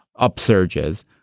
upsurges